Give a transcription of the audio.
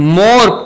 more